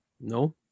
No